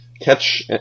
catch